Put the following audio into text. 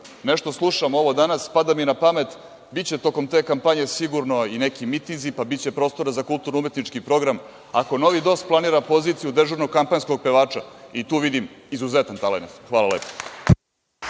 Nešto slušam ovo danas, pada mi na pamet, biće tokom te kampanje sigurno i neki mitinzi, pa biće prostora za kulturno-umetnički program. Ako novi DOS planira poziciju dežurnog kampanjskog pevača, i tu vidim izuzetan talenat. Hvala lepo.